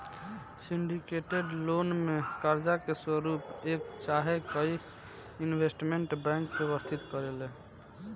syndicated loan में कर्जा के स्वरूप एक चाहे कई इन्वेस्टमेंट बैंक व्यवस्थित करेले